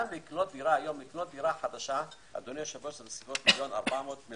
גם לקנות דירה חדשה היום זה בסביבות מיליון ו-400,000 שקל,